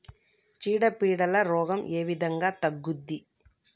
చీడ పీడల రోగం ఏ విధంగా తగ్గుద్ది?